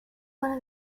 para